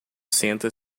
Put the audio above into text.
senta